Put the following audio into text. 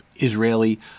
Israeli